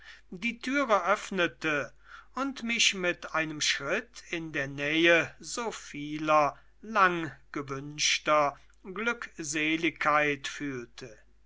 die türe öffnete und mich mit einem schritt in der nähe so vieler langgewünschter glückseligkeit fühlte